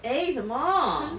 eh 什么